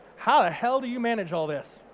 how the hell do you manage all this?